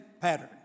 pattern